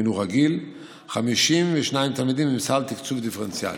בחינוך רגיל ו-52 תלמידים בסבסוד דיפרנציאלי.